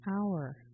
hour